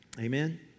Amen